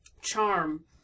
charm